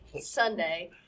Sunday